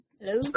Hello